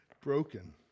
Broken